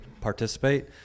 participate